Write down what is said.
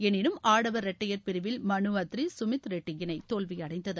எனினும் ஆடவர் இரட்டையர் பிரிவில் மனு அத்ரி சுமித் ரெட்டி இணை தோல்வியடைந்தது